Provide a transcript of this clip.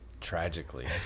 Tragically